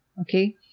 Okay